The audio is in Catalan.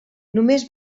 només